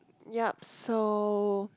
ya so